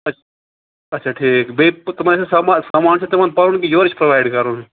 اچھا اچھا ٹھیٖک بیٚیہِ تِمَن آسیٛاہ سامان سامان چھا تِمَن پَنُن کِنہٕ یورَے چھُکھ پروٚوایڈ کَرُن